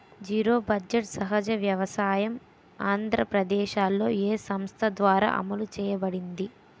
Zero budget సహజ వ్యవసాయం ఆంధ్రప్రదేశ్లో, ఏ సంస్థ ద్వారా అమలు చేయబడింది?